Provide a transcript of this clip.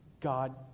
God